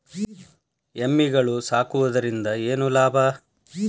ಎಮ್ಮಿಗಳು ಸಾಕುವುದರಿಂದ ಏನು ಲಾಭ?